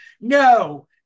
no